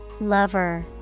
Lover